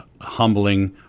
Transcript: humbling